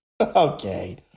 Okay